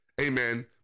Amen